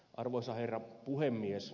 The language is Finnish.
arvoisa herra puhemies